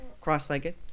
cross-legged